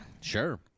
Sure